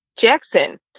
Jackson